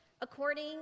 According